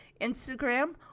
Instagram